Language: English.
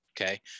Okay